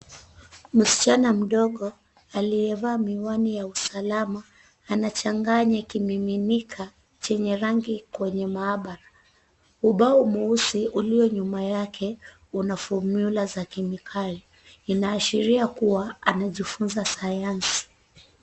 Msichna mdogo aliyevaa miwani ya usalama anachanganya kimiminika kenye rangi kwenye maabara. Ubao mweusi ulio nyuma yake una fomula za kemikali, inaashiria kuwa anajifunza sayansi.